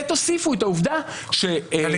(היו"ר טלי